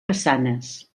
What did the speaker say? façanes